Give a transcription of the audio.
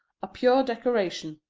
a pure decoration.